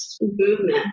movement